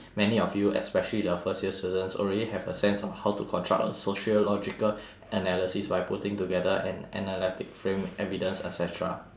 many of you especially the first year students already have a sense on how to construct a sociological analysis by putting together an analytic frame evidence et cetera